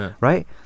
right